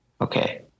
okay